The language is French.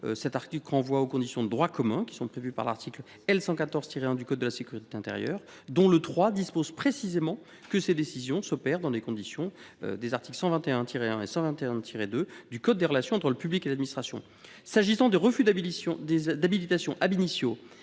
cet article renvoie aux conditions de droit commun prévues par l’article L. 114 1 du code de la sécurité intérieure, dont le III dispose précisément que ces décisions s’opèrent dans des conditions fixées aux articles L. 121 1 et L. 121 2 du code des relations entre le public et l’administration. Pour les refus d’habilitation, le droit